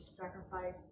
sacrifice